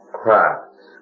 crafts